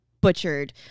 butchered